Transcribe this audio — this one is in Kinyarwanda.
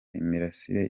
imirasire